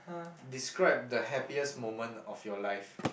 describe the happiest moment of your life